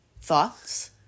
Thoughts